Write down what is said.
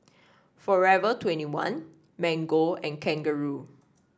forever twenty one Mango and Kangaroo